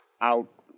Out